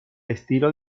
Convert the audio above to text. estilo